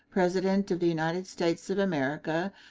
president of the united states of america,